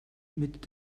mit